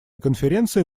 конференция